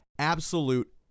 absolute